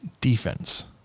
defense